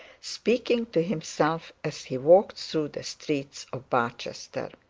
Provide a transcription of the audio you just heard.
speaking to himself as he walked through the streets of barchester.